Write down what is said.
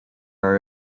are